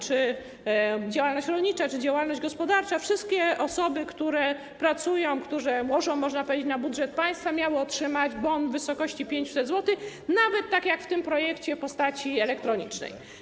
Czy działalność rolnicza, czy działalność gospodarcza - wszystkie osoby, które pracują, które dokładają się, można powiedzieć, do budżetu państwa, miały otrzymać bon w wysokości 500 zł, nawet, tak jak w tym projekcie, w postaci elektronicznej.